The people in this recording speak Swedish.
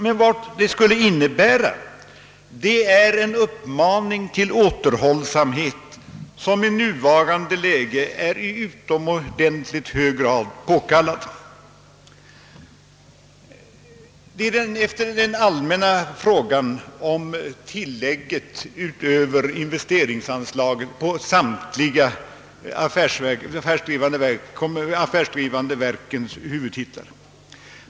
Vad förslaget emellertid skulle innebära vid ett förverkligande är en uppmaning till återhållsamhet som i nuvarande läge är i utomordentlig hög grad påkallad. Detta var vad jag ville säga om den allmänna frågan rörande tillägget utöver investeringsanslagen för de affärsdrivande verken.